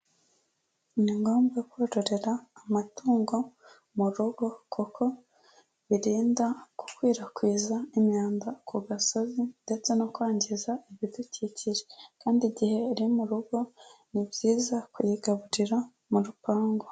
Ni ngombwa kororera amatungo mu rugo kuko birinda gukwirakwiza imyanda ku gasozi ndetse no kwangiza ibidukikije kandi igihe uri mu rugo ni byiza kuyigaburira mu rupangu.